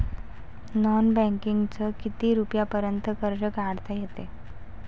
Non बँकिंगनं किती रुपयापर्यंत कर्ज काढता येते?